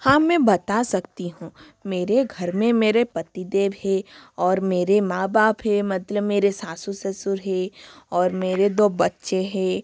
हाँ मैं बता सकती हूँ मेरे घर में मेरे पतिदेव हैं और मेरे माँ बाप हैं मतलब मेरे सासु ससुर हैं और मेरे दो बच्चे हैं